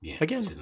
Again